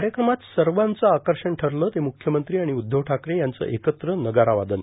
कायक्रमात सवाच आकषण ठरलं ते मुख्यमंत्री आर्ाण उद्धव ठाकरे यांचं एकत्र नगारा वादन